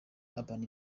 urban